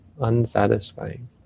unsatisfying